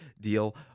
deal